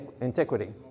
antiquity